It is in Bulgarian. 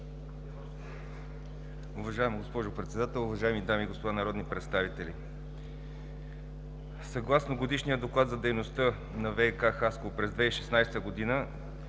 Уважаема госпожо Председател, уважаеми дами и господа народни представители! Съгласно годишния доклад за дейността на ВиК – Хасково, през 2016 г.